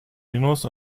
minus